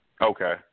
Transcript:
Okay